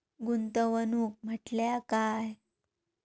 गुंतवणूक म्हटल्या काय?